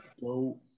go